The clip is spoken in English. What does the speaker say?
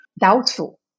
doubtful